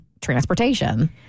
transportation